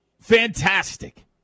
fantastic